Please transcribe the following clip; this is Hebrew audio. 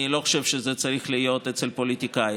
אני לא חושב שזה צריך להיות אצל פוליטיקאי.